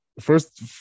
first